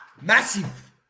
Massive